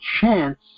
chance